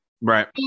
Right